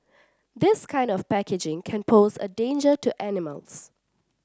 this kind of packaging can pose a danger to animals